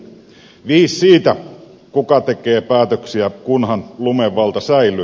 viis siitä kuka tekee päätöksiä kunhan lumevalta säilyy